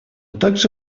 также